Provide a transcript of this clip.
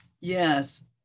Yes